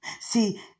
See